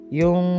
yung